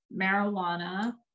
marijuana